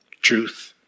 truth